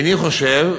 איני חושב,